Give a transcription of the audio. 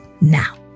Now